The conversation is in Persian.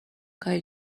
کاری